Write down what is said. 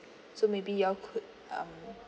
so maybe you all could uh